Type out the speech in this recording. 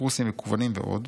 לקורסים מקוונים ועוד,